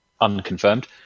unconfirmed